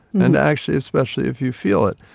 and actually especially if you feel it.